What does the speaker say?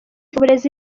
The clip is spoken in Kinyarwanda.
uburezi